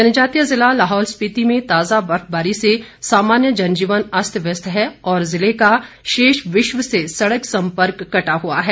जनजातीय जिला लाहौल स्पिति में ताजा बर्फबारी से सामान्य जनजीवन अस्त व्यस्त है और जिले का शेष विश्व से सड़क सम्पर्क कटा हुआ है